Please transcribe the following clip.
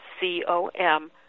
C-O-M